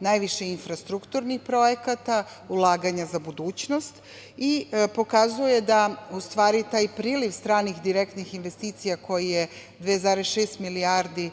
najviše infrastrukturnih projekata, ulaganja za budućnost i pokazuje da u stvari taj priliv stranih direktnih investicija koji je 2,6 milijardi